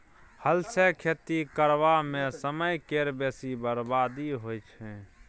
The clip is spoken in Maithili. हल सँ खेती करबा मे समय केर बेसी बरबादी होइ छै